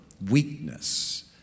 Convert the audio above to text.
weakness